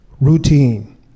routine